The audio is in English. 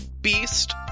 beast